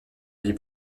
vie